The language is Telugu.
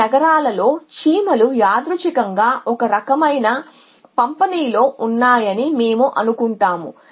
ఈ నగరాల్లో చీమలు యాదృచ్చికంగా ఒక రకమైన పంపిణీలో ఉన్నాయని మేము అనుకుంటాము